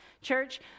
church